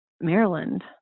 Maryland